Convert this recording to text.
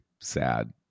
sad